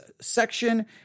section